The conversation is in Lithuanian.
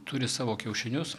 turi savo kiaušinius